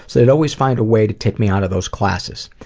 so they'd always find a way to take me out of those classes.